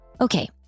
Okay